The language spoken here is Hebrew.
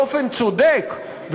באופן צודק,